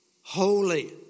Holy